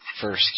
first